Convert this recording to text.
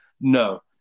no